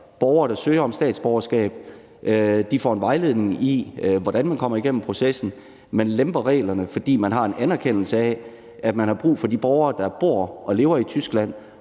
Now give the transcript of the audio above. borgere, der søger om statsborgerskab, får en vejledning i, hvordan man kommer igennem processen. Man lemper reglerne, fordi man har en anerkendelse af, at man har brug for, at de borgere, der bor og lever i Tyskland,